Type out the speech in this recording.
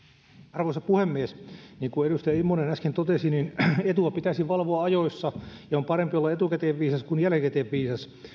arvoisa puhemies niin kuin edustaja immonen äsken totesi etua pitäisi valvoa ajoissa ja on parempi olla etukäteen viisas kuin jälkikäteen viisas